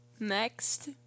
Next